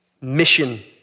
mission